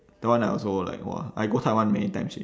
that one I also like !wah! I go taiwan many times already